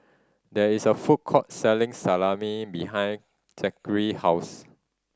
there is a food court selling Salami behind Zackary house